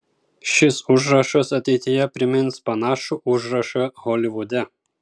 šis užrašas ateityje primins panašų užrašą holivude